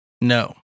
No